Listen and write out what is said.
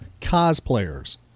cosplayers